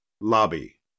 LOBBY